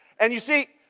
and you see,